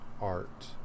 art